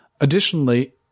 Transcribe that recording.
Additionally